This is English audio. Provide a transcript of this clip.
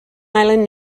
island